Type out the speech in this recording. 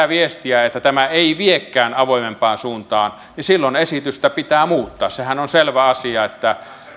viestiä että tämä ei viekään avoimempaan suuntaan niin silloin esitystä pitää muuttaa sehän on selvä asia että